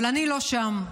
אבל אני לא שם,